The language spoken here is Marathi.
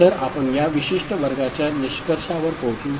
तर आपण या विशिष्ट वर्गाच्या निष्कर्षावर पोहोचू